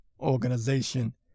organization